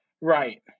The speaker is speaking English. Right